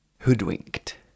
Hoodwinked